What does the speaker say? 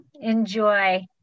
enjoy